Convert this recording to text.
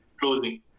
closing